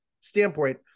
standpoint